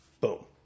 boom